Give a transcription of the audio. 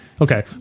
Okay